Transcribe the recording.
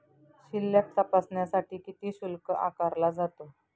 शिल्लक तपासण्यासाठी किती शुल्क आकारला जातो?